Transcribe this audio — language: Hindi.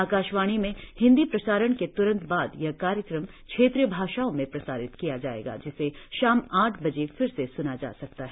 आकाशवाणी से हिंदी प्रसारण के त्रंत बाद यह कार्यक्रम क्षेत्रीय भाषाओं में प्रसारित किया जाएगा जिसे शाम आठ बजे फिर से स्ना जा सकता है